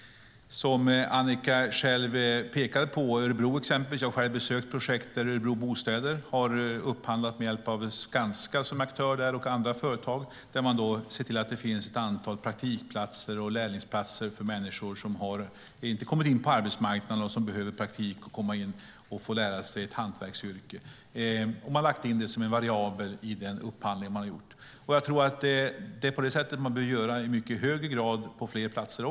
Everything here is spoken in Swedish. Annika pekar på att exempelvis Örebro Bostäder har ett projekt, som jag själv har besökt. Örebro Bostäder har, med hjälp av Skanska som är aktör där och andra företag, sett till att det finns ett antal praktikplatser och lärlingsplatser för människor som inte har kommit in på arbetsmarknaden, som behöver praktik för och komma in och lära sig ett hantverksyrke. Det har lagts in som en variabel i upphandlingen. På det sättet bör man göra i mycket högre grad även på fler platser.